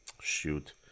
shoot